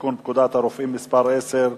לתיקון פקודת הרופאים (מס' 10),